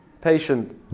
Patient